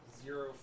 zero